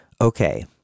Okay